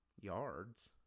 yards